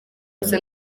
gusa